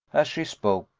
as she spoke,